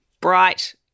bright